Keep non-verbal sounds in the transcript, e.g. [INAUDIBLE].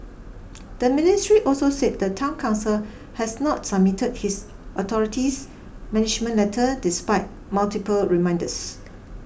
[NOISE] the ministry also said the town council has not submitted his authorities management letter despite multiple reminders